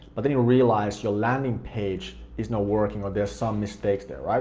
but then you realize your landing page is not working or there's some mistakes there, right?